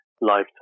lifetime